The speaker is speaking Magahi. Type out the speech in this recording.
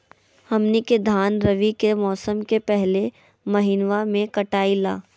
हमनी के धान रवि के मौसम के पहले महिनवा में कटाई ला